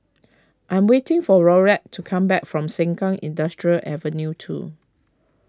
I am waiting for Laurette to come back from Sengkang Industrial Avenue two